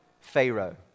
Pharaoh